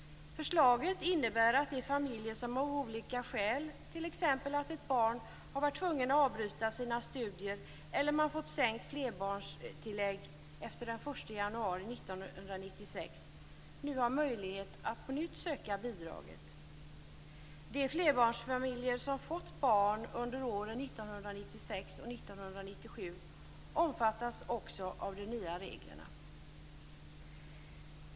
Förslaget innebär att familjer där t.ex. ett barn har varit tvunget att avbryta sina studier eller där man har fått sänkt flerbarnstillägg efter den 1 januari 1996, nu har möjlighet att på nytt söka bidraget. De flerbarnsfamiljer som fått barn under åren 1996 och 1997 omfattas också av de nya reglerna.